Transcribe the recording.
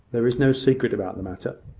there is no secret about the matter.